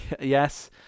Yes